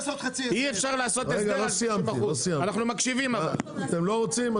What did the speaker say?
אתם לא רוצים?